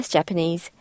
Japanese